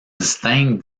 distingue